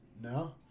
No